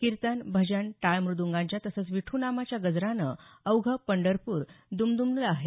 किर्तन भजन टाळ मद्गांच्या तसंच विठू नामाच्या गजरानं अवघं पंढरपूर दुमदुमनं गेलं आहे